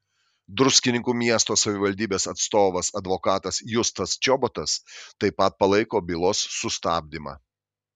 druskininkų miesto savivaldybės atstovas advokatas justas čobotas taip pat palaiko bylos sustabdymą